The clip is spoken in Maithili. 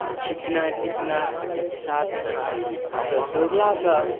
छीकनाइ तीकनाय सर्दी खाँसी दौड़ला सऽ